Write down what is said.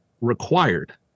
required